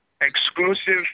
exclusive